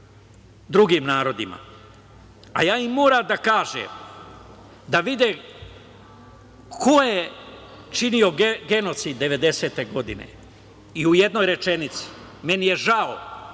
drugim narodima. A ja moram da im kažem da vide ko je činio genocid 90-te godine. I u jednoj rečenici - meni je žao